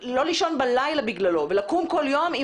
זה משהו שאתם צריכים לא לישון בלילה בגללו ולקום כל יום עם